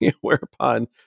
whereupon